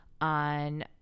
on